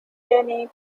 denny